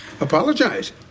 apologize